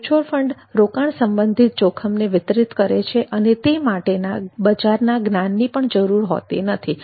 mutual fund રોકાણ સંબંધિત જોખમને વિતરીત કરે છે અને તે માટેના બજારના જ્ઞાનની પણ જરૂરિયાત હોતી નથી